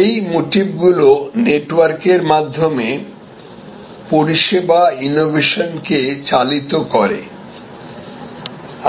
এই মোটিভ গুলো নেটওয়ার্কের মাধ্যমে পরিষেবা ইনোভেশনকে চালিত করে